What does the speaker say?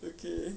okay